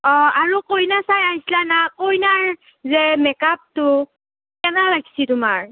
অঁ আৰু কইনা চাই আইছলা না কইনাৰ যে মেকআপটো কেনে লাগিছে তোমাৰ